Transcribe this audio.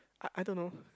I I don't know